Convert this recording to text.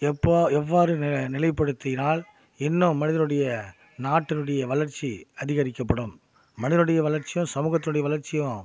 எப்போ எவ்வாறு நிலை நிலைப்படுத்தினால் இன்னும் மனிதனுடைய நாட்டினுடைய வளர்ச்சி அதிகரிக்கப்படும் மனிதனுடைய வளர்ச்சியும் சமூகத்துடைய வளர்ச்சியும்